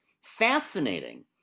Fascinating